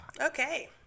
Okay